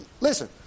Listen